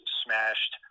smashed